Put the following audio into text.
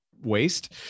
waste